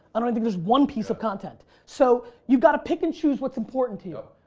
i don't think there's one piece of content. so you gotta pick and choose what's important to you.